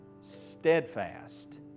Steadfast